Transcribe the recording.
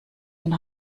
den